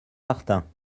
martin